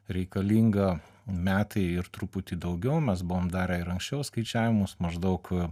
reikalinga metai ir truputį daugiau mes buvom darę ir anksčiau skaičiavimus maždaug